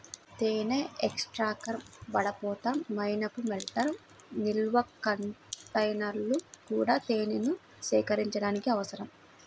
తేనె ఎక్స్ట్రాక్టర్, వడపోత, మైనపు మెల్టర్, నిల్వ కంటైనర్లు కూడా తేనెను సేకరించడానికి అవసరం